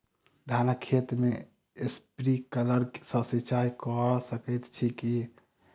धानक खेत मे स्प्रिंकलर सँ सिंचाईं कऽ सकैत छी की?